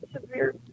severe